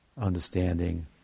understanding